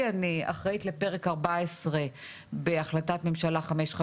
אני אחראית לפרק 14 בהחלטת ממשלה 550,